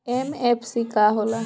MFC का हो़ला?